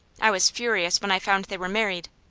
i was furious when i found they were married.